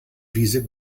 wiese